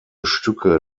stücke